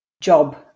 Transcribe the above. Job